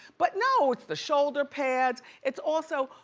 but no, it's the shoulder pads. it's also,